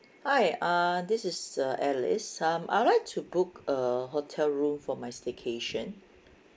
hi uh this is uh alice um I would like to book a hotel room for my staycation